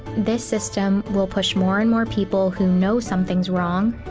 this system will push more and more people who know something's wrong,